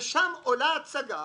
ושם עולה הצגה